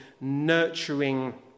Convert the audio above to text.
nurturing